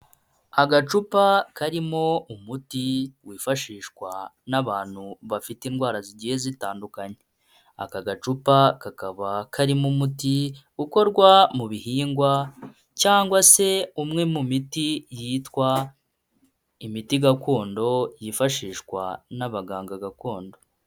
Agacupa karimo umuti wifashishwa n'abantu bafite indwara zigiye zitandukanye, aka gacupa kakaba karimo umuti ukorwa mu bihingwa cyangwa se umwe mu miti yitwa imiti gakondo yifashishwa n'abaganga gakondo.